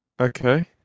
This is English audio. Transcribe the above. Okay